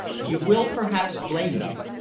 you will perhaps blame me,